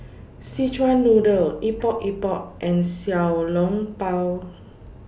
Szechuan Noodle Epok Epok and Xiao Long Bao